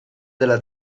della